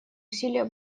усилия